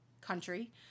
country